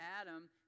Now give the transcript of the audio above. Adam